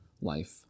life